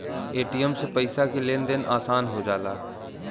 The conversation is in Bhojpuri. ए.टी.एम से पइसा के लेन देन आसान हो जाला